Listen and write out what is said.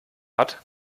hat